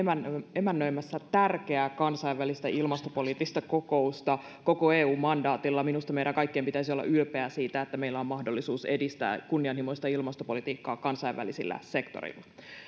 emännöimässä tärkeää kansainvälistä ilmastopoliittista kokousta koko eu mandaatilla minusta meidän kaikkien pitäisi olla ylpeitä siitä että meillä on mahdollisuus edistää kunnianhimoista ilmastopolitiikkaa kansainvälisillä sektoreilla